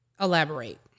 Elaborate